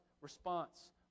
response